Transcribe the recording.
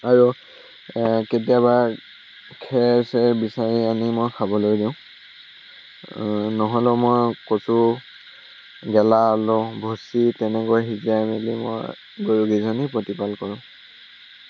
আৰু কেতিয়াবা খেৰ চেৰ বিচাৰি আনি মই খাবলৈ দিওঁ নহ'লে মই কচু গেলা আলু ভুচি তেনেকৈ সিজাই মেলি মই গৰুকেইজনী প্ৰতিপাল কৰোঁ